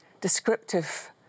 descriptive